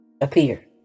Appear